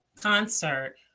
concert